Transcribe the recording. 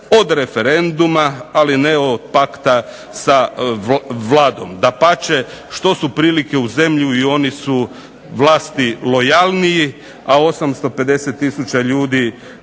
od referenduma, ali ne od pakta sa Vladom. Dapače, što su prilike u zemlji i oni su vlasti lojalniji, a 850000 ljudi